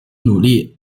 努力